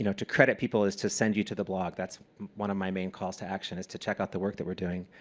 you know to credit people is to send you to the blog. that's one of my main calls to action is to check out the work that we're doing.